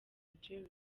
nigeria